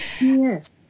Yes